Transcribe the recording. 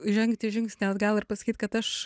žengti žingsnį atgal ir pasakyt kad aš